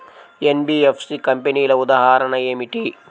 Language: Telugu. ఎన్.బీ.ఎఫ్.సి కంపెనీల ఉదాహరణ ఏమిటి?